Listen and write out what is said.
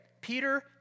Peter